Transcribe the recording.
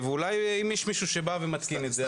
אולי אם יש מישהו שבא ומתקין את זה,